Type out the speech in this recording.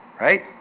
Right